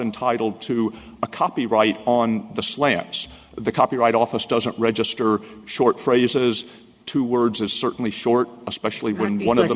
entitled to a copyright on the slaps the copyright office doesn't register short phrases two words is certainly short especially when one of the